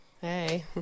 Hey